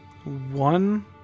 One